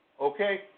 Okay